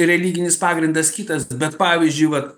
religinis pagrindas kitas bet pavyzdžiui vat